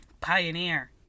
Pioneer